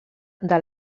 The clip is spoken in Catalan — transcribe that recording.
del